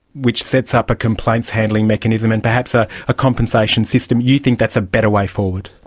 which sets up a complaints handling mechanism and perhaps ah a compensation system, you think that's a better way forward?